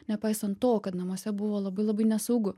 nepaisant to kad namuose buvo labai labai nesaugu